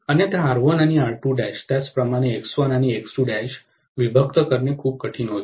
अन्यथा R1 आणि R 2 त्याचप्रमाणे X1 आणि X2 विभक्त करणे खूप कठीण होईल